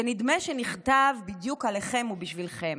שנדמה שנכתב בדיוק עליכם ובשבילכם: